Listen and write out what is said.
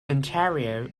ontario